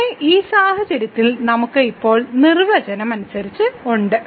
ഇവിടെ ഈ സാഹചര്യത്തിൽ നമുക്ക് ഇപ്പോൾ നിർവചനം അനുസരിച്ച് ഉണ്ട്